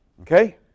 Okay